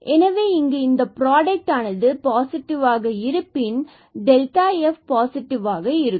எனவே இங்கு இந்த புரோடக்ட் ஆனது பாசிட்டிவ் ஆக இருப்பின் நாம் f இது பாசிட்டிவாக இருக்கும்